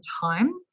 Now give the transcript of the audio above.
time